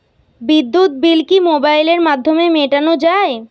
বিদ্যুৎ বিল কি মোবাইলের মাধ্যমে মেটানো য়ায়?